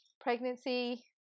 Pregnancy